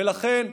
ולכן,